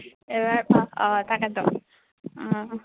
এইবাৰেই ফাৰ্ষ্ট অঁ তাকেতো অঁ